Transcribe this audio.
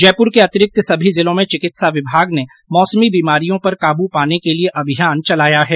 जयपूर के अतिरिक्त सभी जिलों में चिकित्सा विभाग ने मौसमी बीमारियों पर काबू पाने के लिए अभियान चलाया है